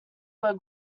were